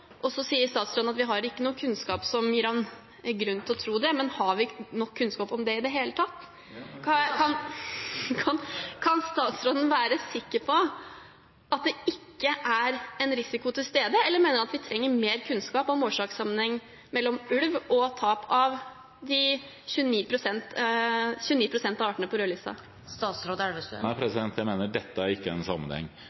artsmangfold. Så sier statsråden at vi ikke har kunnskap som gir ham grunn til å tro det, men har vi nok kunnskap om det i det hele tatt? Kan statsråden være sikker på at det ikke er en risiko til stede, eller mener han at vi trenger mer kunnskap om årsakssammenhengen mellom ulv og tap av 29 pst. av artene på